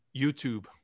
YouTube